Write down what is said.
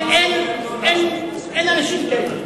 אנשים כאלה.